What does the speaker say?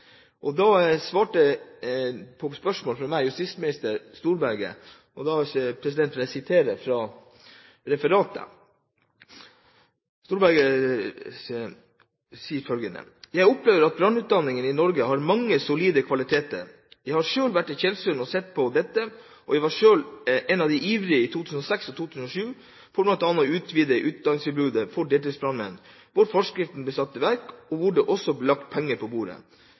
På spørsmål fra meg svarte justisminister Storberget følgende, og jeg siterer fra referatet: «Jeg opplever at brannutdanningen i Norge har mange solide kvaliteter. Jeg har sjøl vært i Tjeldsund og sett på dette, og jeg var sjøl en av de ivrige i 2006 og i 2007 for bl.a. å utvide utdanningstilbudet for deltidsbrannmenn, hvor forskriften ble satt i verk, og hvor det også ble lagt penger på bordet.